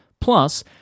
Plus